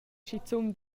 schizun